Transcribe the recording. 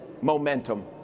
momentum